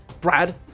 Brad